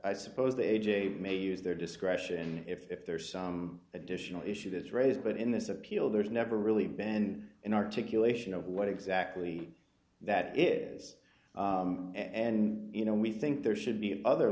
i suppose they a j maybe use their discretion if there's some additional issue that's raised but in this appeal there's never really been an articulation d of what exactly that is and you know we think there should be other